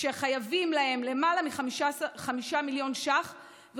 חייבים להם למעלה מ-5 מיליון שקלים,